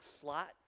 slot